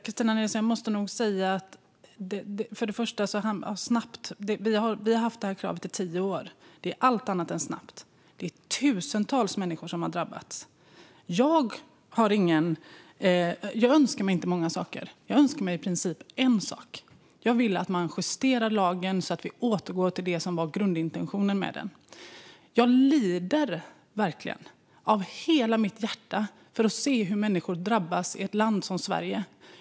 Fru talman! Jag måste säga till Kristina Nilsson att vi har ställt detta krav i tio år. Det är allt annat än snabbt. Det är tusentals människor som har drabbats. Jag önskar mig inte många saker. Jag önskar mig i princip en sak, och det är att man justerar lagen så att vi återgår till det som var grundintentionen med den. Jag lider verkligen av hela mitt hjärta när jag ser hur människor drabbas i ett land som Sverige.